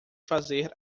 fazer